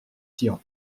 tian